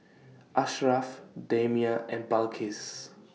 Asharaff Damia and Balqis